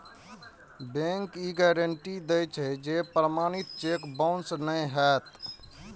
bank ई guarantee दै छै, जे प्रमाणित चेक बाउंस नै हेतै